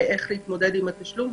איך להתמודד עם התשלום.